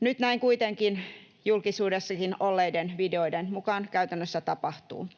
Nyt näin kuitenkin julkisuudessakin olleiden videoiden mukaan käytännössä tapahtuu.